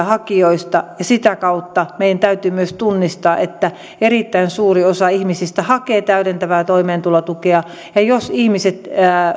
hakijoista ja sitä kautta meidän täytyy myös tunnistaa että erittäin suuri osa ihmisistä hakee täydentävää toimeentulotukea